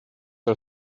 are